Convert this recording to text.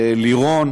לירון,